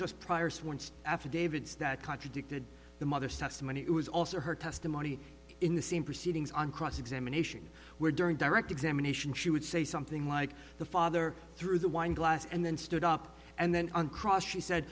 just prior sworn affidavits that contradicted the mother says to many it was also her testimony in the same proceedings on cross examination where during direct examination she would say something like the father threw the wine glass and then stood up and then on cross she said